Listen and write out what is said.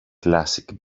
classic